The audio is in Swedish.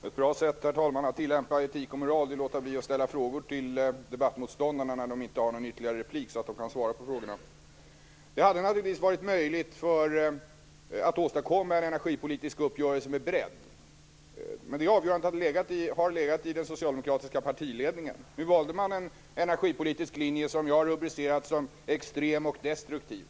Herr talman! Ett bra sätt att tillämpa etik och moral är att låta bli att ställa frågor till debattmotståndarna när de inte har någon ytterligare replik så att de kan svara på frågorna. Det hade naturligtvis varit möjligt att åstadkomma en energipolitisk uppgörelse med bredd, men det avgörandet har legat hos den socialdemokratiska partiledningen. Nu valde de en energipolitisk linje som jag har rubricerat som extrem och destruktiv.